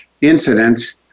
incidents